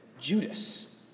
Judas